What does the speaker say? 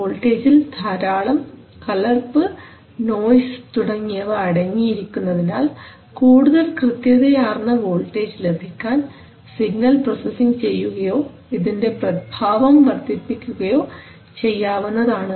വോൾട്ടേജിൽ ധാരാളം കലർപ്പ് നോയിസ് തുടങ്ങിയവ അടങ്ങിയിരിക്കുന്നതിനാൽ കൂടുതൽ കൃത്യതയാർന്ന വോൾട്ടേജ് ലഭിക്കാൻ സിഗ്നൽ പ്രോസസിംഗ് ചെയ്യുകയോ ഇതിൻറെ പ്രഭാവം വർദ്ധിപ്പിക്കുകയോ ചെയ്യാവുന്നതാണ്